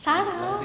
sarah